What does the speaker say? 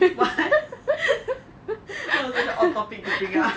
what that was such a odd topic to think of